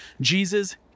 Jesus